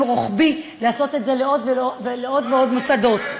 רוחבי לעשות את זה לעוד ועוד מוסדות.